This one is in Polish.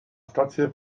stację